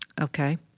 Okay